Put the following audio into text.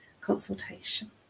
consultation